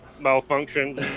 malfunction